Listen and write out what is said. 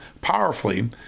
powerfully